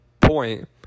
point